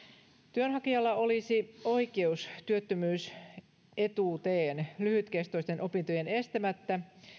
työnhakijalla olisi oikeus työttömyysetuuteen lyhytkestoisten opintojen estämättä